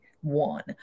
one